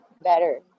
better